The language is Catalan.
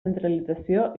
centralització